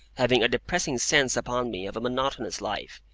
having a depressing sense upon me of a monotonous life,